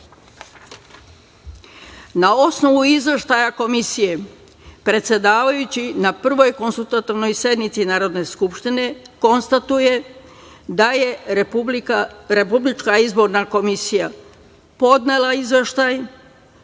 osnovu izveštaja komisije, predsedavajući na Prvoj (konstitutivnoj) sednici Narodne skupštine konstatuje da je Republička izborna komisija podnela izveštaj